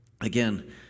again